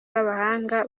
b’abahanga